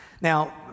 Now